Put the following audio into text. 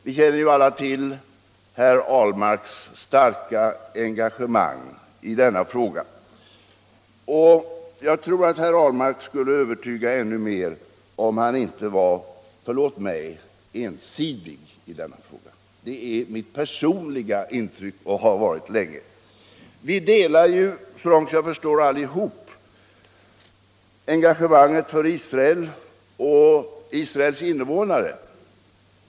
Vi känner alla till herr Ahlmarks starka engagemang i det avseendet, men jag tror att Per Ahlmark skulle övertyga ännu mer om han inte var — förlåt mig — ensidig i denna fråga, det är mitt personliga intryck och har varit det länge. Vi delar, så långt jag förstår, allihop engagemanget för Israel och dess invånare.